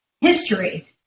history